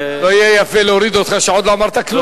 לא יהיה יפה להוריד אותך כשעוד לא אמרת כלום.